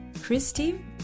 Christie